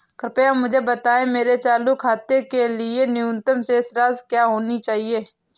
कृपया मुझे बताएं मेरे चालू खाते के लिए न्यूनतम शेष राशि क्या होनी चाहिए?